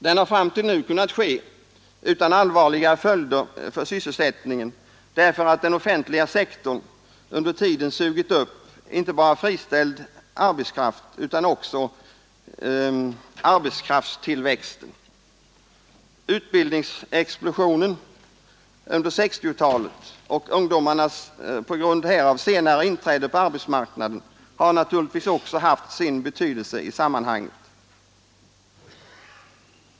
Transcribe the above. Den har fram till nu kunnat ske utan allvarligare följder för sysselsättningen därför att den offentliga sektorn under tiden sugit upp inte bara friställd arbetskraft utan också arbetskraftstillväxten. Utbildningsexplosionen under 1960-talet och ungdomarnas senare inträde på arbetsmarknaden har naturligtvis också haft sin betydelse i sammanhanget.